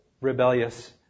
rebellious